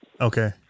Okay